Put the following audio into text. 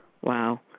Wow